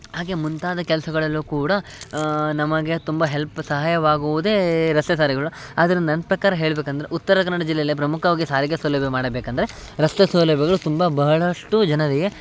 ಹಾಗೆ ಮುಂತಾದ ಕೆಲಸಗಳಲ್ಲೂ ಕೂಡ ನಮಗೆ ತುಂಬ ಹೆಲ್ಪ್ ಸಹಾಯವಾಗುವುದೇ ರಸ್ತೆ ಸಾರಿಗೆಗಳು ಆದರೆ ನನ್ನ ಪ್ರಕಾರ ಹೇಳಬೇಕಂದ್ರೆ ಉತ್ತರ ಕನ್ನಡ ಜಿಲ್ಲೆಯಲ್ಲಿ ಪ್ರಮುಖವಾಗಿ ಸಾರಿಗೆ ಸೌಲಭ್ಯ ಮಾಡಬೇಕಂದರೆ ರಸ್ತೆ ಸೌಲಭ್ಯಗಳು ತುಂಬ ಬಹಳಷ್ಟು ಜನರಿಗೆ